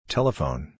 Telephone